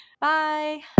Bye